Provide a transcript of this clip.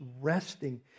resting